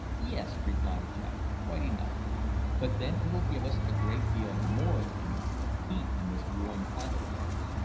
yes, replied jack, quite enough but then it will give us a great deal more than enough of heat in this warm climate of ours.